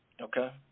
okay